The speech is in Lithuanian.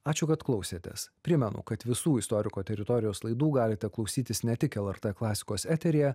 ačiū kad klausėtės primenu kad visų istoriko teritorijos laidų galite klausytis ne tik lrt klasikos eteryje